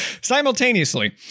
Simultaneously